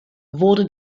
wurde